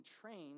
trained